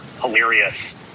hilarious